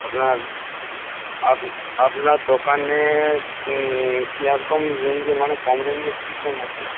আপনার আপ আপনার দোকানে কি কিরকম রেঞ্জের মানে কম রেঞ্জের কি ফোন আছে